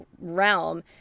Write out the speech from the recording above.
realm